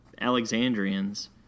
Alexandrians